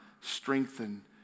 strengthen